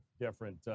different